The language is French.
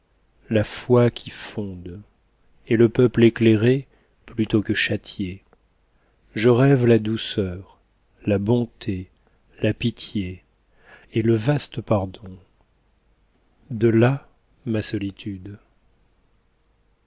la foi qui fonde et le peuple éclairé plutôt que châtié je rêve la douceur la bonté la pitié et le vaste pardon de là ma solitude